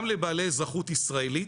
גם לבעלי אזרחות ישראלית,